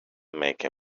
make